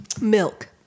Milk